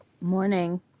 Morning